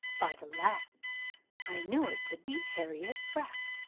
by the laugh i knew it to be harriot freke.